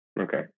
Okay